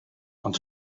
ond